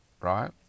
right